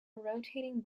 rotating